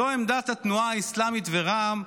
זו עמדת התנועה האסלאמית ורע"מ,